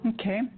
Okay